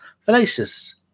fallacious